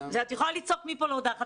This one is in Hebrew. את יכולה לצעוק מפה ועד להודעה חדשה,